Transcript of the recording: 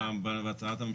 בהצעת הממשלה?